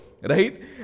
right